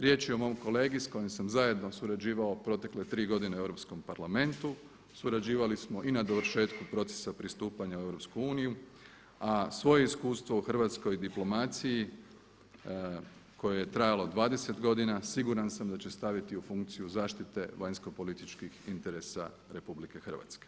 Riječ je o mom kolegi s kojim sam zajedno surađivao protekle tri godine u Europskom parlamentu, surađivali smo i na dovršetku procesa pristupanja u EU, a svoje iskustvo u hrvatskoj diplomaciji koje je trajalo 20 godina, siguran sam da će staviti u funkciju zaštite vanjskopolitičkih interesa RH.